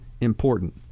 important